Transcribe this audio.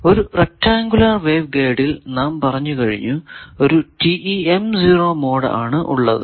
ഒരു rectangular wave ഗൈഡിൽ നാം പറഞ്ഞു കഴിഞ്ഞു ഒരു മോഡ് ആണ് ഉള്ളത്